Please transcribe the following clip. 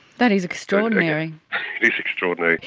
that is extraordinary. it is extraordinary.